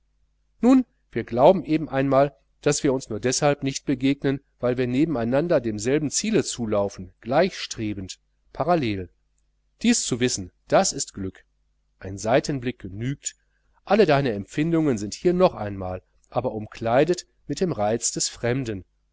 nun wir glauben eben einmal daß wir uns nur deshalb nicht begegnen weil wir nebeneinander demselben ziele zulaufen gleich strebend parallel dies zu wissen das ist glück ein seitenblick genügt all deine empfindungen sind hier noch einmal aber umkleidet mit dem reiz des fremden